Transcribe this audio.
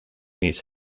these